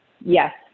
yes